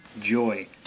joy